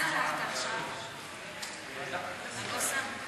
חוק שירות הציבור (הצהרת הון),